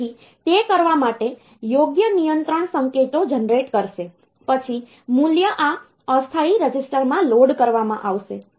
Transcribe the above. તેથી તે કરવા માટે યોગ્ય નિયંત્રણ સંકેતો જનરેટ કરશે પછી મૂલ્ય આ અસ્થાયી રજિસ્ટરમાં લોડ કરવામાં આવશે